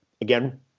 again